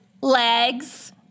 legs